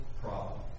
problem